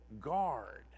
guard